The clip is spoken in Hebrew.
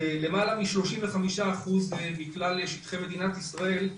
בכלל המגוונים,